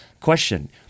question